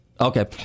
Okay